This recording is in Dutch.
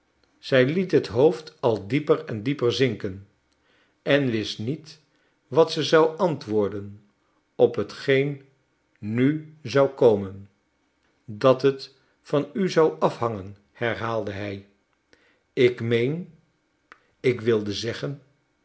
zij liet het hoofd al dieper en dieper zinken en wist niet wat ze zou antwoorden op hetgeen nu zou komen dat het van u zou afhangen herhaalde hij ik meen ik wilde zeggen